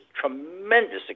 tremendous